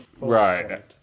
right